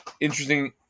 interesting